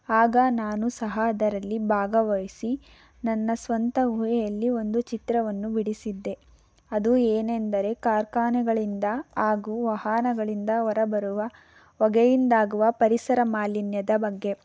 ಆಗ ನಾನು ಸಹ ಅದರಲ್ಲಿ ಭಾಗವಹಿಸಿ ನನ್ನ ಸ್ವಂತ ಊಹೆಯಲ್ಲಿ ಒಂದು ಚಿತ್ರವನ್ನು ಬಿಡಿಸಿದ್ದೆ ಅದು ಏನೆಂದರೆ ಕಾರ್ಕಾನೆಗಳಿಂದ ಹಾಗೂ ವಾಹನಗಳಿಂದ ಹೊರಬರುವ ಹೊಗೆಯಿಂದಾಗುವ ಪರಿಸರ ಮಾಲಿನ್ಯದ ಬಗ್ಗೆ